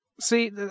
See